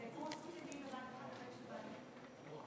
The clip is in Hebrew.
זה קורס קצינים בבה"ד 1, הבן של בעלי פה.